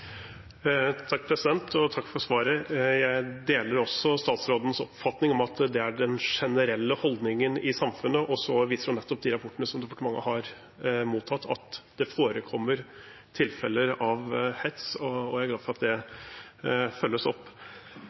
Takk for svaret. Jeg deler også statsrådens oppfatning om at det er den generelle holdningen i samfunnet. Så viser nettopp de rapportene som departementet har mottatt, at det forekommer tilfeller av hets. Jeg er glad for at det følges opp.